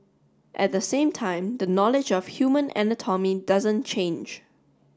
at the same time the knowledge of human anatomy doesn't change